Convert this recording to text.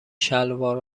شلوار